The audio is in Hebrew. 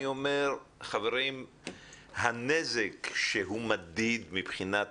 אני אומר שהנזק שהוא מדיד מבחינת